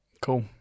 Cool